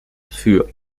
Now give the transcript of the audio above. für